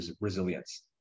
resilience